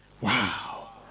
Wow